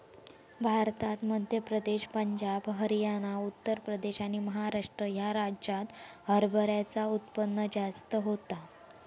भारतात मध्य प्रदेश, पंजाब, हरयाना, उत्तर प्रदेश आणि महाराष्ट्र ह्या राज्यांत हरभऱ्याचा उत्पन्न जास्त होता